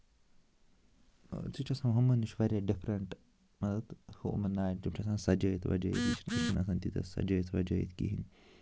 سُہ چھِ آسان ہُمَن نِش واریاہ ڈِفرنٛٹ مطلب ہُہ یِمَن ناوِ تِم چھِ آسان سَجٲوِتھ وَجٲوِتھ تِم چھِنہٕ آسان تیٖتیٛاہ سَجٲوِتھ وَجٲوِتھ کِہیٖنۍ